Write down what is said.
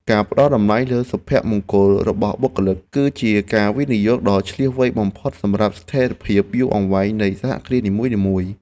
ការផ្តល់តម្លៃលើសុភមង្គលរបស់បុគ្គលិក គឺជាការវិនិយោគដ៏ឈ្លាសវៃបំផុតសម្រាប់ស្ថិរភាពយូរអង្វែងនៃសហគ្រាសនីមួយៗ។